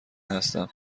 هستم